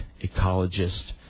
ecologist